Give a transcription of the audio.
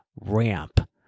ramp